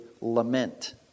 lament